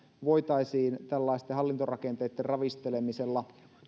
voitaisiin tällaisten hallintorakenteitten ravistelemisella